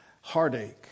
heartache